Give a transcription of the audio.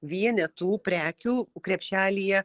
vienetų prekių krepšelyje